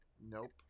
Nope